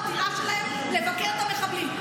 העתירה שלהם לבקר את המחבלים.